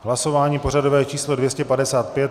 Hlasování pořadové číslo 255.